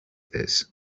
this